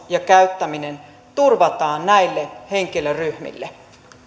ja käyttäminen turvataan näille henkilöryhmille